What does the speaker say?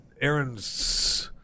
Aaron's